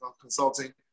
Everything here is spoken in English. consulting